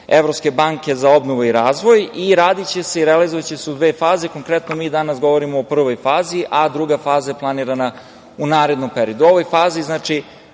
Evropske banke za obnovu i razvoj i radiće se i realizovaće se u dve faze. Konkretno mi danas govorimo o prvoj fazi, a druga faza je planirana u narednom periodu.